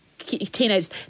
teenagers